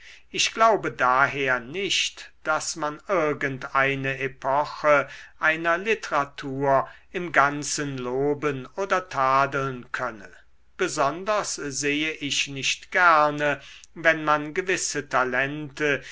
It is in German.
ich glaube daher nicht daß man irgend eine epoche einer literatur im ganzen loben oder tadeln könne besonders sehe ich nicht gerne wenn man gewisse talente